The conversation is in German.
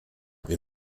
wir